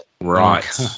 Right